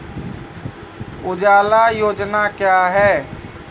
उजाला योजना क्या हैं?